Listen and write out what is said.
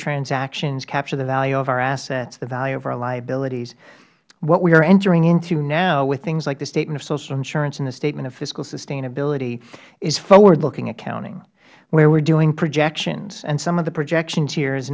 transactions capture the value of our assets the value of our liabilities what we are entering into now with things like the statement of social insurance and the statement of fiscal sustainability is forward looking accounting where we are doing projections and some of the projections he